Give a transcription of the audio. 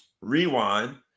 rewind